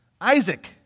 Isaac